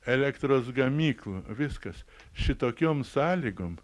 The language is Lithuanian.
elektros gamyklų viskas šitokiom sąlygom